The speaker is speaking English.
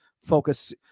focus